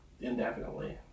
indefinitely